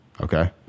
okay